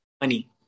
money